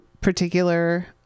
particular